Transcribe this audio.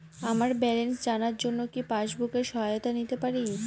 আমার ব্যালেন্স জানার জন্য কি পাসবুকের সহায়তা নিতে পারি?